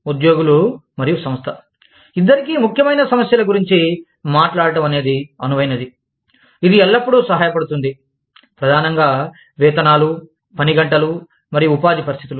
ఉద్యోగులు మరియు సంస్థ ఇద్దరికీ ముఖ్యమైన సమస్యల గురించి మాట్లాడటం అనేది అనువైనది ఇది ఎల్లప్పుడూ సహాయపడుతుంది ప్రధానంగా వేతనాలు పని గంటలు మరియు ఉపాధి పరిస్థితులు